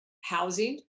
housing